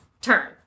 turn